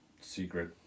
secret